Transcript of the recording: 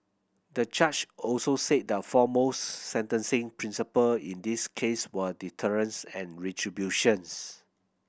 the judge also said the foremost sentencing principle in this case were deterrence and retributions